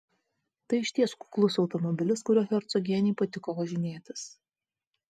tai išties kuklus automobilis kuriuo hercogienei patiko važinėtis